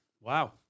Wow